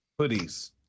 hoodies